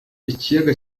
ikiyaga